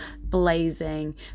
blazing